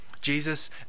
Jesus